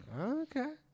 Okay